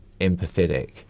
empathetic